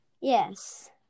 Yes